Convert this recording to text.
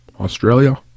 Australia